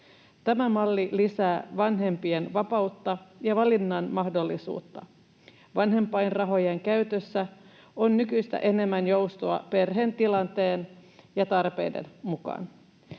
Tämä malli lisää vanhempien vapautta ja valinnan mahdollisuutta. Vanhempainrahojen käytössä on nykyistä enemmän joustoa perheen tilanteen ja tarpeiden mukaan.